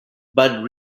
budd